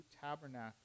tabernacle